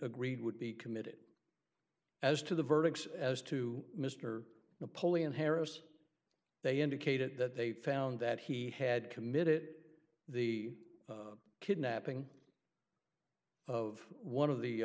agreed would be committed as to the verdict as to mr napoleon harris they indicated that they found that he had committed the kidnapping of one of